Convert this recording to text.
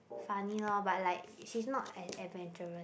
funny lor but like she is not an adventurous